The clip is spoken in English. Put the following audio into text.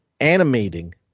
animating